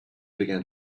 began